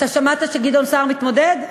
אתה שמעת שגדעון סער מתמודד?